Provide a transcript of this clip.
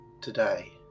today